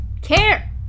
care